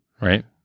right